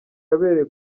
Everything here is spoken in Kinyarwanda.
yabereye